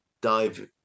dive